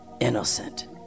Innocent